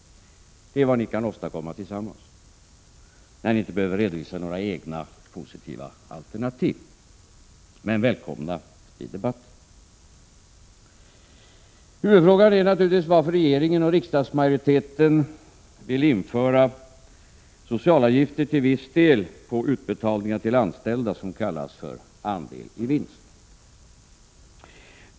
Det är vad ni kan åstadkomma tillsammans, när ni inte behöver redovisa några egna positiva alternativ. Men välkomna i debatten! Huvudfrågan är naturligtvis varför regeringen och riksdagsmajoriteten vill införa socialavgifter till viss del på sådana utbetalningar till anställda som kallas för andeli vinst.